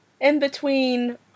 in-between